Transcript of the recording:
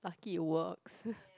lucky it works